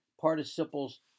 participles